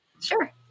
Sure